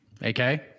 AK